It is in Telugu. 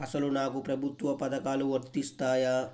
అసలు నాకు ప్రభుత్వ పథకాలు వర్తిస్తాయా?